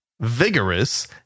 vigorous